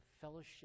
fellowship